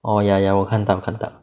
orh ya ya 我看到看到